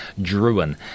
Druin